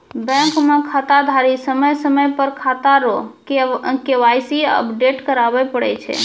bank मे खाताधारी समय समय पर खाता रो के.वाई.सी अपडेट कराबै पड़ै छै